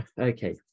Okay